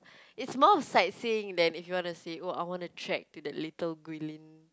it's more sightseeing than if you want to say oh I want to trek to the little Guilin